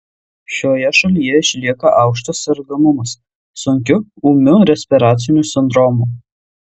šioje šalyje išlieka aukštas sergamumas sunkiu ūmiu respiraciniu sindromu